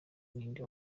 ninde